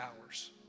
hours